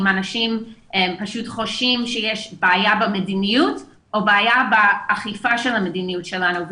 אם אנשים חושבים שיש בעיה במדיניות או בעיה באכיפה של המדיניות שלנו.